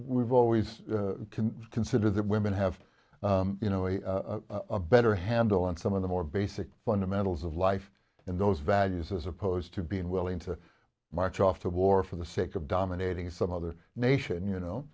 we've always can consider that women have you know a better handle on some of the more basic fundamentals of life and those values as opposed to being willing to march off to war for the sake of dominating some other nation you know